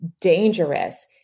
dangerous